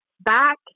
Back